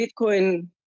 Bitcoin